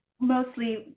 mostly